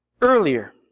Earlier